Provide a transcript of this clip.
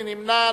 מי נמנע?